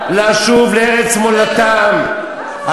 חברת הכנסת זועבי, פעם שנייה.